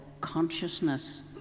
consciousness